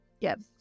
Yes